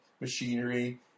machinery